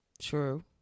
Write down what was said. true